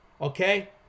okay